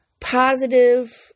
positive